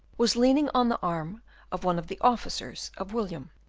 was leaning on the arm of one of the officers of william.